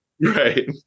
right